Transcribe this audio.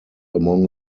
among